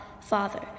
Father